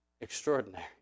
extraordinary